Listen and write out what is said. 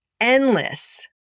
endless